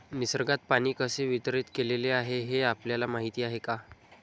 निसर्गात पाणी कसे वितरीत केलेले आहे हे आपल्याला माहिती आहे का?